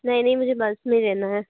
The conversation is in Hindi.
नहीं नहीं मुझे बल्क में लेना है